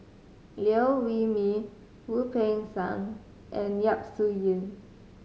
Liew Wee Mee Wu Peng Seng and Yap Su Yin